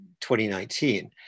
2019